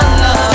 love